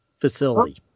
facility